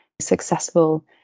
successful